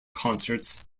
concerts